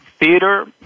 Theater